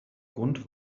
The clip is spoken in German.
grund